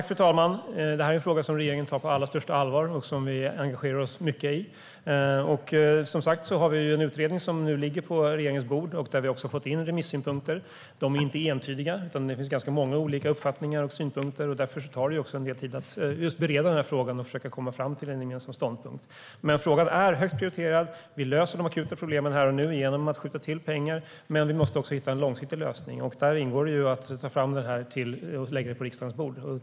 Fru talman! Det här är en fråga som regeringen tar på största allvar och som vi engagerar oss mycket i. En utredning ligger som sagt på regeringens bord nu. Vi har fått in remissynpunkter. De är inte entydiga. Det finns ganska många olika uppfattningar och synpunkter. Därför tar det tid att bereda frågan och att försöka komma fram till en gemensam ståndpunkt. Frågan är högt prioriterad. Vi löser de akuta problemen här och nu genom att skjuta till pengar. Men vi måste också hitta en långsiktig lösning. Där ingår det att ta fram det här förslaget och lägga det på riksdagens bord.